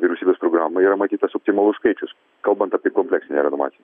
vyriausybės programoj yra matyt tas optimalus skaičius kalbant apie kompleksinę renovaciją